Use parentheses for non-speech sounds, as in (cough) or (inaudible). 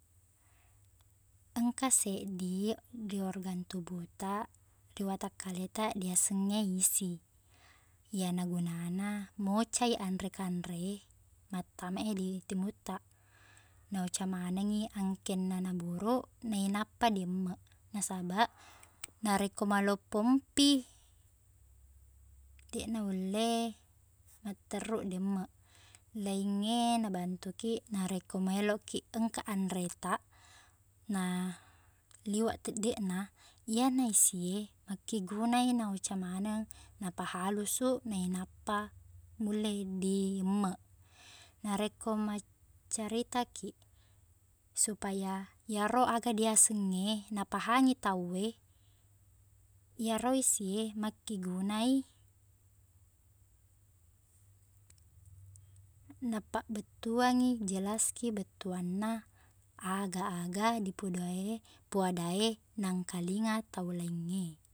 Engka seddi di organ tubuhtaq- ri wataq kaletaq diaseng e isi iyena gunana mocai anre-kanre e mattama e di timutta naoca maneng i angkenna naburuq nainappa diemmeq nasabaq narekko maloppo ompi (hesitation) deqna ulle matterru diemmeq laingnge nabantukiq narekko maelokkiq engka anretaq naliweq teddeqna iyena isi e akkeguna i naoca maneng napahalusuq nainappa mulle diemmeq narekko maccaritakiq supaya iyaro aga diaseng e napahangi tau e iyero isi emakkeguna i (hesitation) napabbettuangngi jelas ki bettuangna aga-aga dipuda e- dipuada e naengkalinga tau laing e